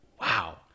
wow